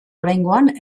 oraingoan